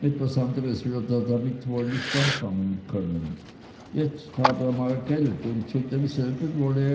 etwas anders würde er damit wohl nicht anfangen können jetzt habe er mal geld und zu demselben wolle